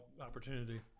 Opportunity